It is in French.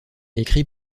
écrit